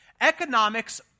economics